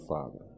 Father